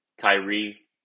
Kyrie